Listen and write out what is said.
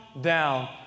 down